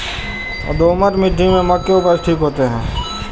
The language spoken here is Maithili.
दोमट मिट्टी में मक्के उपज ठीक होते?